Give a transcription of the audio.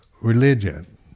religion